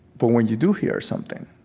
but when you do hear something,